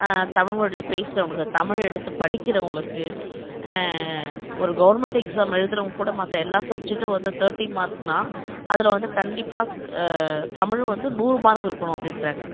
தமிழ்மொழியில் பேசுகிறவங்களுக்கு தமிழை எடுத்து படிக்கிறவங்களுக்கு ஒரு கவுர்மெண்ட் எக்ஸாம் எழுதறவுங்க கூட மற்ற எல்லா சப்ஜெக்டும் வந்து தேர்ட்டி மார்குனா அதில் வந்து கண்டிப்பாக தமிழ் வந்து நூறு மார்க் இருக்கணும் அப்படின்றாங்க